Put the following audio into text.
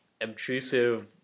obtrusive